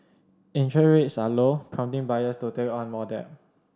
interest rates are low prompting buyers to take on more debt